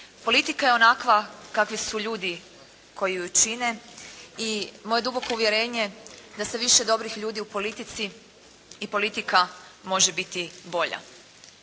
Politika je onakva kakvi su ljudi koji ju čine i moje duboko uvjerenje da sa više dobrih ljudi u politici i politika može biti bolja.